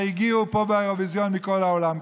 הגיעו פה לאירוויזיון מכל העולם כולו.